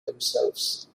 themselves